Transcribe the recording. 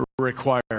require